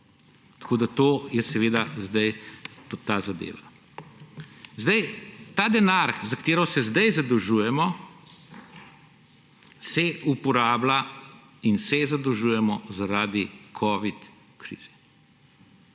Tako da to je seveda zdaj ta zadeva. Ta denar, za katerega se zdaj zadolžujemo, se uporablja in se zadolžujemo zaradi covid krize.